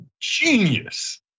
genius